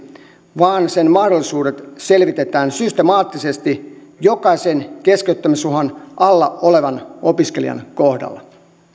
vaan sen mahdollisuudet selvitetään systemaattisesti jokaisen keskeyttämisuhan alla olevan opiskelijan kohdalla